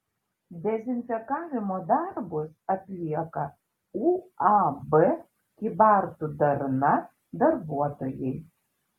dezinfekavimo darbus atlieka uab kybartų darna darbuotojai